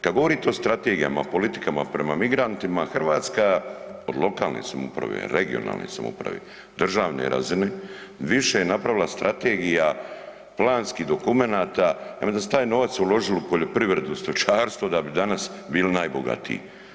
Kad govorite o strategijama, o politikama prema migrantima Hrvatska od lokalne samouprave, regionalne samouprave, državne razine, više je napravila strategija, planskih dokumenata, umjesto da su taj novac uložili u poljoprivredu, stočarstvo, da bi danas bili najbogatiji.